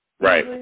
Right